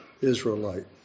Israelite